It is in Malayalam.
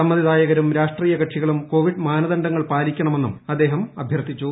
സമ്മതിദായകരും രാഷ്ട്രീയ കക്ഷികളും കോവിഡ് മാനദണ്ഡങ്ങൾ പാലിക്കണമെന്നും അദ്ദേഹം അഭ്യർത്ഥിച്ചു